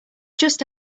just